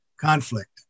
conflict